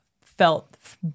felt